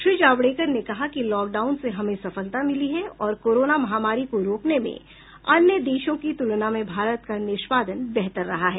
श्री जावडेकर ने कहा कि लॉकडाउन से हमें सफलता मिली है और कोरोना महामारी को रोकने में अन्य देशों की तुलना में भारत का निष्पादन बेहतर रहा है